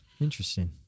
Interesting